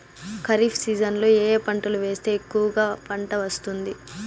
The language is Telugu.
ఖరీఫ్ సీజన్లలో ఏ ఏ పంటలు వేస్తే ఎక్కువగా పంట వస్తుంది?